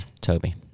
Toby